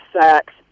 sacks